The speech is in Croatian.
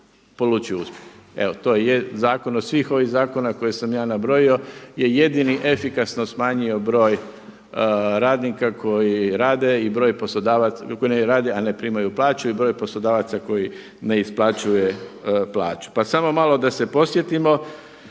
polučio uspjeh. Evo to je zakon od svih ovih zakona koje sam ja nabrojio je jedini efikasno smanjio broj radnika koji rade a ne primaju plaću i broj poslodavaca koji ne isplaćuje plaću. Pa samo malo da se podsjetimo